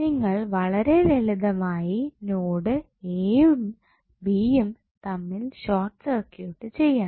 നിങ്ങൾ വളരെ ലളിതമായി നോഡ് എയും ബിയും തമ്മിൽ ഷോർട്ട് സർക്യൂട്ട് ചെയ്യണം